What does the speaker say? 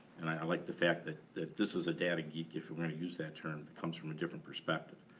and i like the fact that that this is a data geek if we're gonna use that terms, comes from a different perspective.